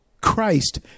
Christ